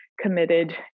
committed